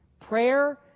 Prayer